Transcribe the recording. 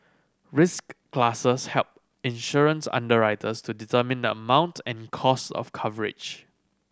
risk classes help insurance underwriters to determine the amount and cost of coverage